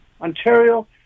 Ontario